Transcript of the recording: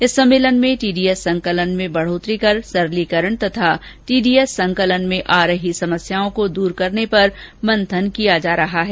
इस सम्मेलन में टीडीएस संकलन में बढोतरी कर सरलीकरण तथा टीडीएस संकलन में आ रही समस्याओं को दूर करने पर मंथन किया जा रहा है